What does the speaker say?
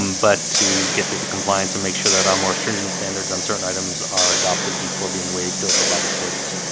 um but to get to the compliance and make sure that our more stringent standards on certain items are adopted before being waved over by the state's